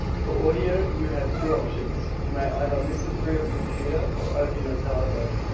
for audio you have two options you may either listen through your computer or over your telephone.